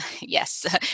Yes